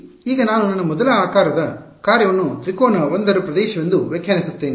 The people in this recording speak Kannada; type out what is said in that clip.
ಈಗ ನಾನು ನನ್ನ ಮೊದಲ ಆಕಾರದ ಕಾರ್ಯವನ್ನು ತ್ರಿಕೋನ 1ರ ಪ್ರದೇಶವೆಂದು ವ್ಯಾಖ್ಯಾನಿಸುತ್ತೇನೆ